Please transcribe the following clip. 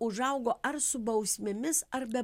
užaugo ar su bausmėmis ar be